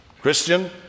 Christian